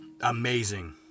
amazing